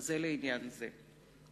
זה לעניין זה.